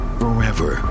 forever